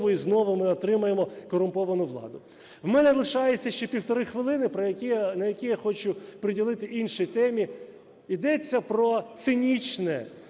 і знову ми отримуємо корумповану владу. В мене лишається ще півтори хвилини, які я хочу приділити іншій темі. Йдеться про цинічне,